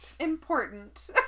Important